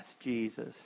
Jesus